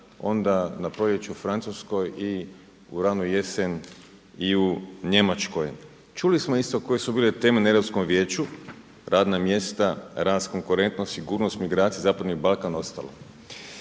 onda na proljeće u Francuskoj i u ranu jesen i u Njemačkoj. Čuli smo isto koje su bile teme na Europskom vijeću, radna mjesta, rast konkurentnosti, sigurnost migracije, zapadni Balkan, ostalo.